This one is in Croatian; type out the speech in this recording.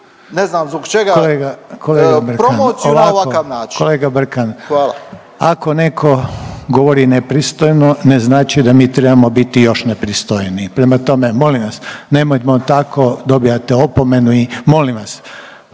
Hvala./… Ovako, kolega Brkan ako netko govori nepristojno ne znači da mi trebamo biti još nepristojniji. Prema tome, molim vas nemojmo tako. Dobivate opomenu. I molim vas